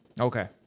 Okay